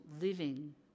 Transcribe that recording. living